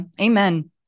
amen